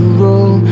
roll